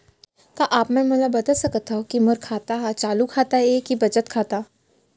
का आप मन मोला बता सकथव के मोर खाता ह चालू खाता ये के बचत खाता?